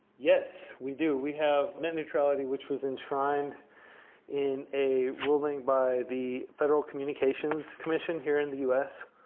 yes, we do. we have net neutrality, which was enshrined in a ruling by the federal communications commission here in the u s.